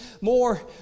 more